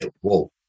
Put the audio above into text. Whoa